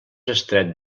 estret